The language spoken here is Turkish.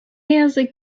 yazık